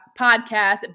Podcast